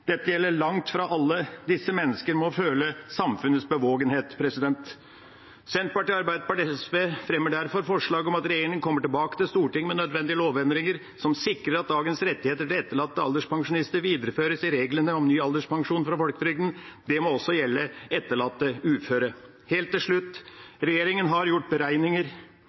Dette gjelder langt fra alle. Disse mennesker må føle samfunnets bevågenhet. Senterpartiet, Arbeiderpartiet og SV fremmer derfor forslag om at regjeringa kommer tilbake til Stortinget med nødvendige lovendringer som sikrer at dagens rettigheter til etterlatte alderspensjonister videreføres i reglene om ny alderspensjon fra folketrygden. Det må også gjelde etterlatte uføre. Helt til slutt: Regjeringa har gjort beregninger